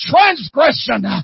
transgression